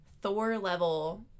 Thor-level